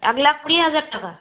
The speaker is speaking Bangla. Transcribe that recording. এক লাখ কুড়ি হাজার টাকা